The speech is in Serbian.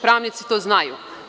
Pravnici to znaju.